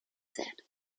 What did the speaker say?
said